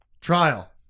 Trial